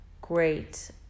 great